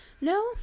no